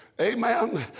amen